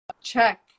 check